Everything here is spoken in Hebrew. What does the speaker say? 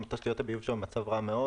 תשתיות הביוב שם הן במצב רע מאוד.